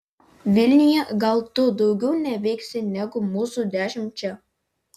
vilniuje gal tu daugiau nuveiksi negu mūsų dešimt čia